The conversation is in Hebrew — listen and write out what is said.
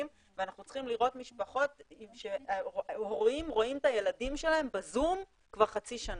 ואנחנו צריכים לראות משפחות שרואות את הילדים שלהם בזום כבר חצי שנה?